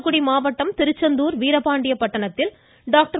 தூத்துக்குடி மாவட்டம் திருச்செந்தூர் வீரபாண்டியபட்டணத்தில் டாக்டர்